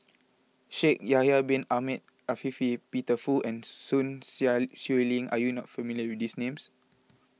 Shaikh Yahya Bin Ahmed Afifi Peter Fu and Sun Xueling are you not familiar with these names